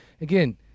again